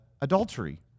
adultery